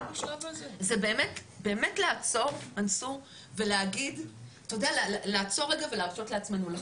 זה באמת לעצור רגע ולהרשות לעצמנו לחלום.